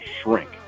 shrink